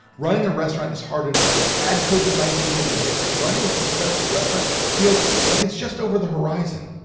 running a restaurant is hard enough add covid nineteen in the mix and running a successful restaurant feels like it's just over the horizon.